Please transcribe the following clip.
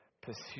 pursue